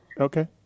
Okay